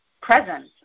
present